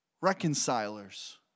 Reconcilers